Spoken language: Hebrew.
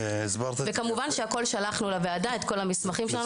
כמובן ששלחנו לוועדה את כל המסמכים שלנו.